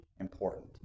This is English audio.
important